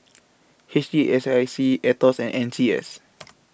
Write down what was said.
H T S C I Aetos and N C S